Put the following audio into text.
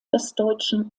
westdeutschen